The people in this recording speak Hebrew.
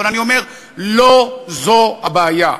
אבל אני אומר שלא זאת הבעיה.